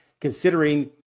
considering